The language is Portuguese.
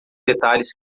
detalhes